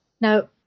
Now